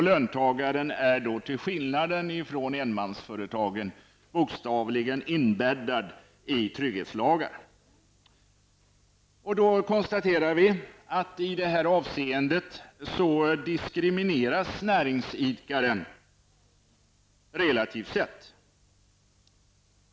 Löntagaren är, till skillnad från enmansföretagaren, bokstavligen inbäddad i trygghetslagar. Relativt sett diskrimineras näringsidkare i detta avseende.